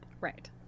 right